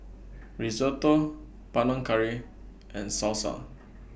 Risotto Panang Curry and Salsa